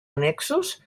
annexos